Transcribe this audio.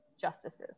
justices